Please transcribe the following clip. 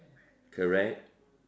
correct